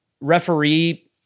referee